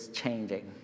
changing 。